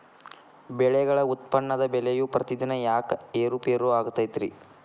ಬೆಳೆಗಳ ಉತ್ಪನ್ನದ ಬೆಲೆಯು ಪ್ರತಿದಿನ ಯಾಕ ಏರು ಪೇರು ಆಗುತ್ತೈತರೇ?